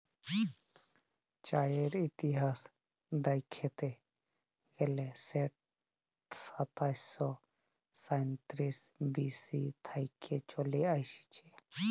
চাঁয়ের ইতিহাস দ্যাইখতে গ্যালে সেট সাতাশ শ সাঁইতিরিশ বি.সি থ্যাইকে চলে আইসছে